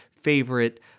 favorite